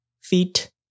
Feet